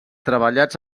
treballats